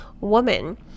woman